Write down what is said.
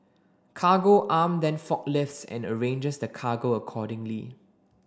Cargo Arm then forklifts and arranges the cargo accordingly